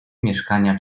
mieszkania